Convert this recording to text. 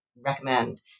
recommend